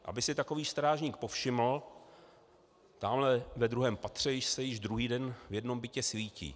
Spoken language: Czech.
Aby si takový strážník povšiml, že tamhle ve druhém patře se již druhý den v jednom bytě svítí.